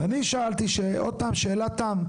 ואני שאלתי, עוד פעם, שאלת תם.